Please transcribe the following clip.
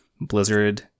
Blizzard